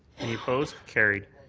any opposed? carried.